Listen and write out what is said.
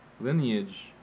lineage